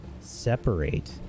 separate